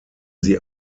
sie